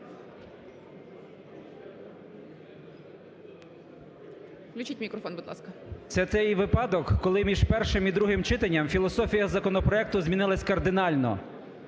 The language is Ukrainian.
Включіть мікрофон, будь ласка. 13:03:32 БЕРЕЗЮК О.Р. Це той випадок, коли між першим і другим читанням філософія законопроекту змінилася кардинально.